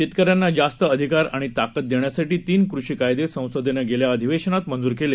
शेतकऱ्यांना जास्त अधिकार आणि ताकद देण्यासाठी तीन कृषीकायदे संसदेनं गेल्या अधिवेशनात मंजूर केले